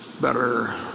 better